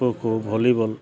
খো kho volleyball